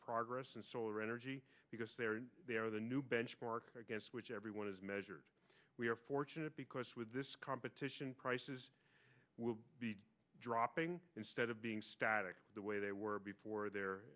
progress in solar energy because they are the new benchmark against which everyone is measured we are fortunate because with this competition prices will be dropping instead of being static the way they were before they're